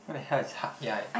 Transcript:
where the hell is HatYai